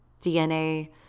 DNA